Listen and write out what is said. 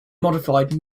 modified